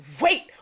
Wait